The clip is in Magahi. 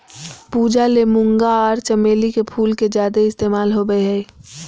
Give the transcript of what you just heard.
पूजा ले मूंगा आर चमेली के फूल के ज्यादे इस्तमाल होबय हय